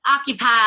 occupied